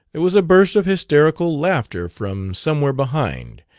there was a burst of hysterical laughter from somewhere behind,